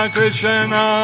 Krishna